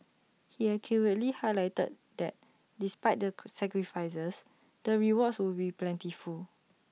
he accurately highlighted that despite the sacrifices the rewards would be plentiful